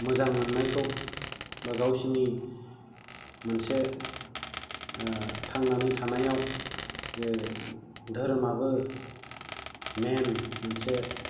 मोजां मोननायखौ बा गावसोरनि मोनसे थांनानै थानायाव जे धोरोमाबो मेइन मोनसे